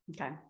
Okay